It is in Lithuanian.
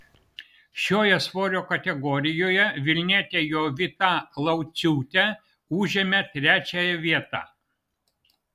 šioje svorio kategorijoje vilnietė jovita lauciūtė užėmė trečiąją vietą